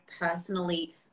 personally